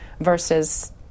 versus